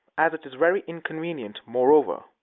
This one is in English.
as it is very inconvenient, moreover,